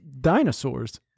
dinosaurs